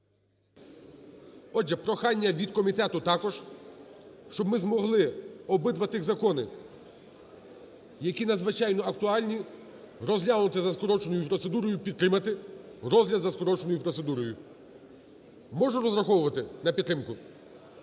Отже, прохання від комітету також, щоб ми змогли обидва тих закони, які надзвичайно актуальні, розглянути за скороченою процедурою, підтримати розгляд за скороченою процедурою. Можу розраховувати на підтримку?